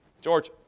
George